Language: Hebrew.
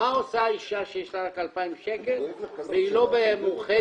מה עושה אישה שיש לה רק 2,000 שקל והיא לא במאוחדת?